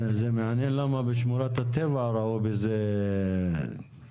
מעניין למה בשמורות הטבע ראו בזה בסדר.